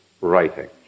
writing